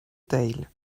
teil